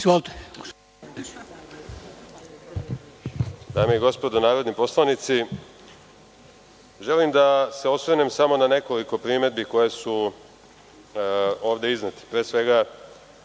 Dame i gospodo narodni poslanici, želim da se osvrnem samo na nekoliko primedbi koje su ovde iznete.